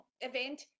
event